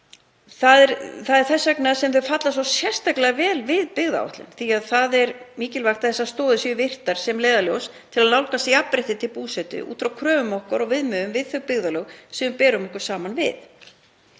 Það er þess vegna sem þau falla svo sérstaklega vel við byggðaáætlun því að það er mikilvægt að þessar stoðir séu virtar sem leiðarljós til að nálgast jafnrétti til búsetu út frá kröfum okkar og viðmiðum við þau byggðarlög sem við berum okkur saman við.